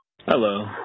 Hello